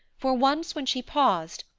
for once when she paused,